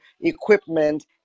equipment